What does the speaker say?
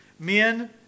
Men